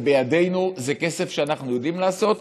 זה בידינו, זה כסף שאנחנו יודעים לעשות.